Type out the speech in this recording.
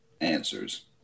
answers